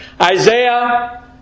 Isaiah